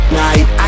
night